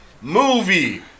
movie